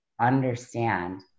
understand